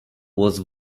was